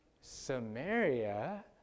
Samaria